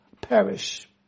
perish